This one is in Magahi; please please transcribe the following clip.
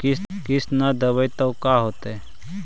किस्त न देबे पर का होगा?